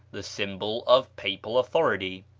the symbol of papal authority.